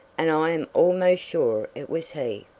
and i am almost sure it was he.